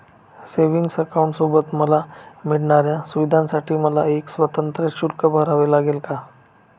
Savings अकाउंटसोबत मला मिळणाऱ्या सुविधांसाठी मला स्वतंत्र शुल्क भरावे लागेल का?